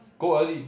go early